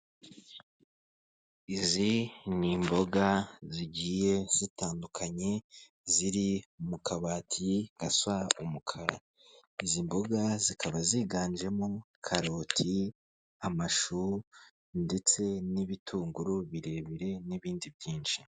Izi ni imboga zigiye zitandukanye ziri mu kabati gasa umukara, izi mboga zikaba ziganjemo karoti, amashu ndetse n'ibitunguru birebire n'ibindi byinshi.